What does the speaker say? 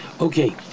Okay